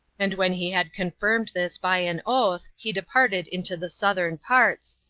and when he had confirmed this by an oath, he departed into the southern parts,